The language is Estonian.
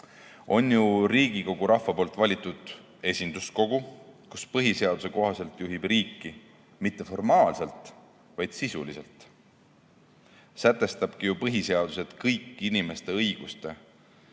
On ju Riigikogu rahva poolt valitud esinduskogu, kus [ta] põhiseaduse kohaselt juhib riiki mitte formaalselt, vaid sisuliselt. Sätestab ju põhiseadus, et kõik inimeste õiguste,